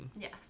Yes